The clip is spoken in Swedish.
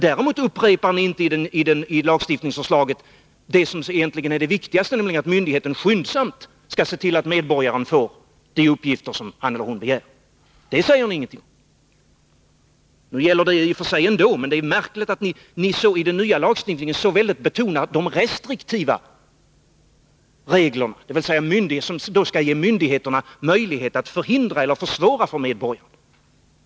Däremot upprepar ni inte i lagförslaget det som egentligen är det viktigaste, nämligen att myndigheten skyndsamt skall se till att medborgaren får de uppgifter han eller hon begär. Det är märkligt att ni i den nya lagstiftningen så starkt betonar de restriktiva regler som skall ge myndigheterna möjlighet att förhindra eller försvåra för medborgarna.